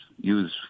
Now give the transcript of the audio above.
use